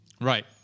Right